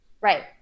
right